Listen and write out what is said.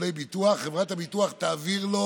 תגמולי ביטוח, חברת הביטוח תעביר לו